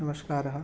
नमस्कारः